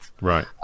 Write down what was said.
Right